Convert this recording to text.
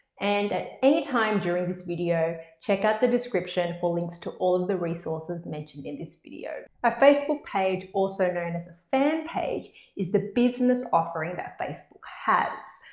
and at anytime during this video check out the description for all links to all the resources mentioned in this video. a facebook page also known as a fan page is the business offering that facebook has.